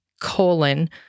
colon